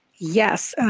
yes,